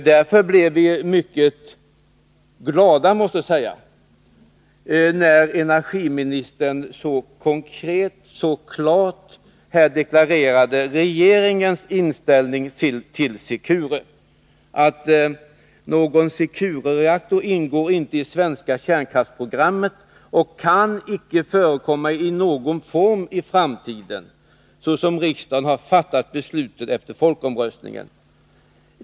Därför blev vi mycket glada när energiministern så konkret, så klart här deklarerade regeringens inställning till Secure, nämligen ”att någon Securereaktor inte ingår i det svenska kärnkraftsprogrammet och inte kan förekomma i någon form i framtiden, såsom riksdagen har fattat beslutet efter folkomröstningen.